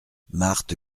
marthe